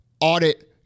Audit